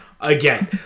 Again